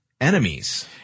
enemies